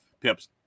Pip's